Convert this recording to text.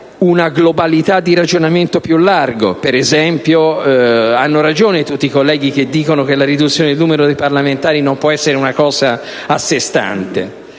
una globalità di ragionamenti più ampi; per esempio, hanno ragione tutti i colleghi che dicono che la riduzione del numero dei parlamentari non può essere una cosa a sé stante,